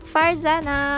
Farzana